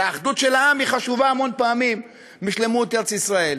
והאחדות של העם חשובה המון פעמים משלמות ארץ-ישראל.